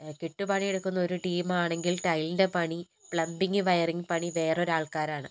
കെട്ടു പണിയെടുക്കുന്നൊരു ടീമാണെങ്കിൽ ടൈലിൻ്റെ പണി പ്ലംമ്പിങ്ങ് വയറിംഗ് പണി വേറൊരാൾക്കാറാണ്